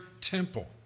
temple